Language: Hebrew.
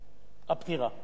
עד אז הוא פטור לגמרי.